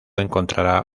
encontrará